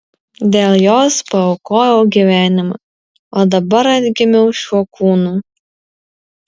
dėl jos paaukojau gyvenimą o dabar atgimiau šiuo kūnu